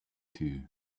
too